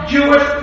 Jewish